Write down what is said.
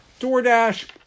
DoorDash